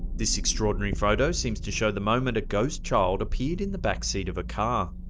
this extraordinary photo seems to show the moment a ghost child appeared in the back seat of a car.